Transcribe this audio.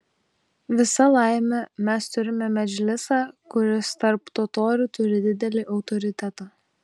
visa laimė mes turime medžlisą kuris tarp totorių turi didelį autoritetą